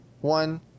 one